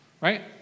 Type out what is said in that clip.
Right